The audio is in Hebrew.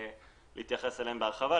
להתייחס אליהם בהרחבה.